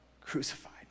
crucified